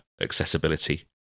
accessibility